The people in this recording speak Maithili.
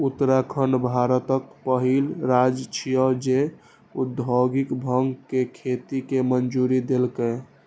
उत्तराखंड भारतक पहिल राज्य छियै, जे औद्योगिक भांग के खेती के मंजूरी देलकै